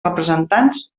representants